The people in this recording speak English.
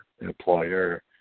employer